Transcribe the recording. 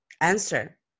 answer